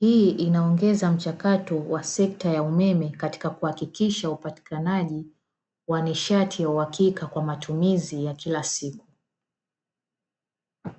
hii inaongeza mchakato wa sekta ya umeme katika kuhakikisha upatikanaji wa nishati ya uhakika kwa matumizi ya kila siku.